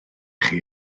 chi